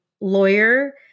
lawyer